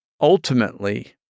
ultimately